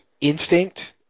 instinct